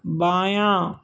بایاں